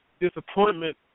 disappointment